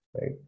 right